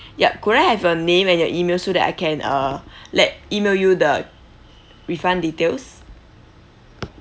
yup could I have your name and your email so that I can uh let email you the refund details